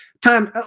time